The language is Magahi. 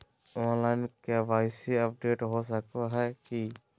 ऑनलाइन के.वाई.सी अपडेट हो सको है की?